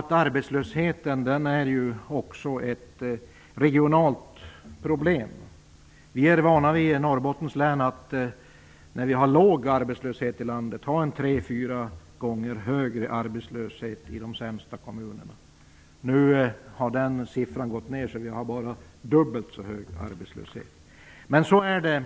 Arbetslösheten är ju också ett regionalt problem. När arbetslösheten i landet är låg, är vi i Norrbottens län vana vid att ha en 3-4 gånger så hög arbetslöshet i de sämsta kommunerna. Den siffran har gått ned, så nu har vi bara dubbelt så hög arbetslöshet som i övriga landet. Så ser det